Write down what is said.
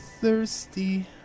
thirsty